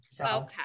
Okay